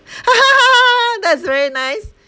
that is very nice